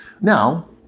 Now